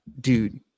dude